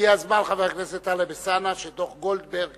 הגיע הזמן, חבר הכנסת טלב אלסאנע, שדוח-גולדברג